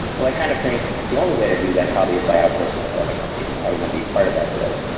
so i kind of think the only way to do that probably is by outsourcing it to other companies and having them be part of that growth.